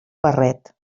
barret